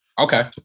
Okay